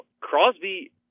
Crosby